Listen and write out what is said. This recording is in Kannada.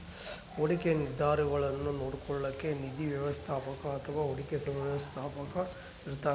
ಹೂಡಿಕೆ ನಿರ್ಧಾರಗುಳ್ನ ನೋಡ್ಕೋಳೋಕ್ಕ ನಿಧಿ ವ್ಯವಸ್ಥಾಪಕ ಅಥವಾ ಹೂಡಿಕೆ ವ್ಯವಸ್ಥಾಪಕ ಇರ್ತಾನ